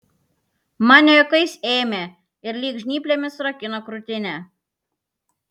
man ne juokais ėmė ir lyg žnyplėmis surakino krūtinę